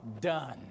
done